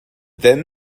then